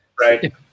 right